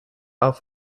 auf